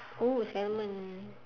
oo salmon